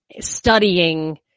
studying